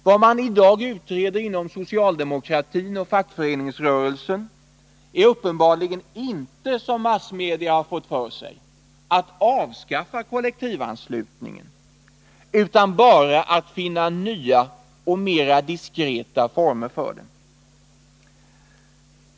Vad man i dag utreder inom socialdemokratin och fackföreningsrörelsen är uppenbarligen inte, som massmedia har fått för sig, att avskaffa kollektivanslutningen, utan bara att finna nya och mera diskreta former för den.